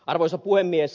arvoisa puhemies